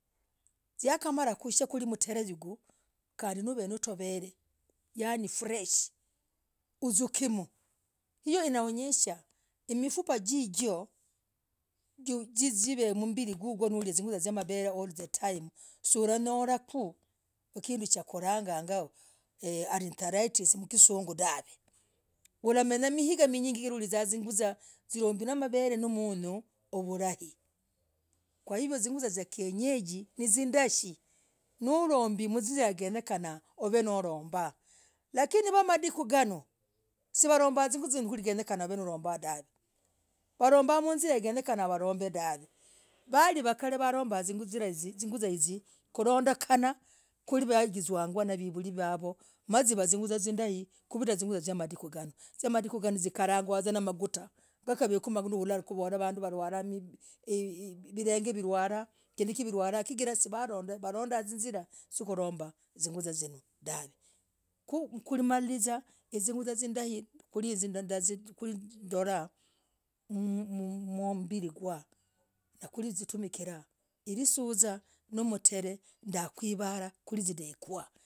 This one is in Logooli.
Nzikamara. kushiyagavaa. mtree. higuu. kalinovenituveree. yani, fresh. uzukemoo. hiyo inaonyesha. mifupah, zizoo zimemmbirii. gugwo, suranyarakuu, kinduu. kurangangaaa. mwikizunguu, anteraitce mwikizunguu dahv huramenya miigaa minyingi sana. kukiranzah, zuguzah. zilombwii. namavel vulai. kwahivyo, zuguzah zaa kyenyeji. nizindai. no. lombi. mwinzira yakwenyenah. noromba, lakini wamadiku nganooh ziwalombaa, zuguzah viakekana, dahv. walombah. mwizirakenyakenah dahvee. walivakal walombah zuguzah hiziii kulondekena. kwewagizwaga. namavulivyavo. ma. zivazuguzah. zindai. kuvita zuguzah zamadikuu. ganoo, zamadikuu ganoo zikaragwavuzaa. namagutaa, kaveeku huroravaduu navalwalah, vilenge. vilwalah, kindikii vilwalah chigirah valondah dahvee. walondah, izirah zalombaah, zuguzah. zinoo, dahvee. ku. kuramazirah, zuguzah zindai. kulindolah. kumbirikwange. kwiritumira. hisuzaa. no. mtree. ndakuvarah, kuliziidekwa.